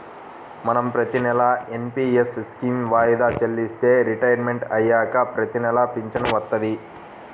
మనం ప్రతినెలా NPS scheme వాయిదా చెల్లిస్తే రిటైర్మంట్ అయ్యాక ప్రతినెలా పింఛను వత్తది